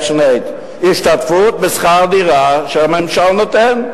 השתתפות בשכר-דירה, שהממשל נותן.